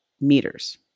meters